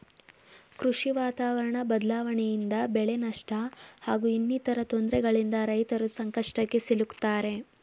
ಕೃಷಿ ವಾತಾವರಣ ಬದ್ಲಾವಣೆಯಿಂದ ಬೆಳೆನಷ್ಟ ಹಾಗೂ ಇನ್ನಿತರ ತೊಂದ್ರೆಗಳಿಂದ ರೈತರು ಸಂಕಷ್ಟಕ್ಕೆ ಸಿಲುಕ್ತಾರೆ